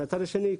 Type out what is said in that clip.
מהצד השני,